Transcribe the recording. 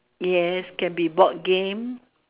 yes can be board game